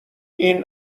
این